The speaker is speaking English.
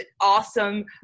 awesome